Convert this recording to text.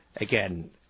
Again